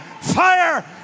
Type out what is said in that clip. Fire